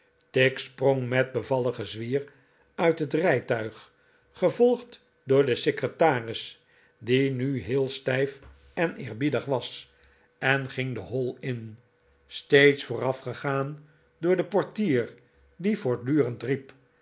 tigg sprong met bevalligen zwier uit het rijtuig gevolgd door den secretaris die nu heel stijf en eerbiedig was en ging de hall in steeds voorafgegaan door den portier die voortdurend riep